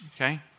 okay